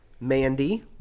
Mandy